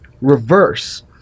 reverse